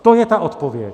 To je ta odpověď.